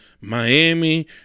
Miami